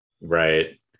Right